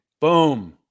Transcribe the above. Boom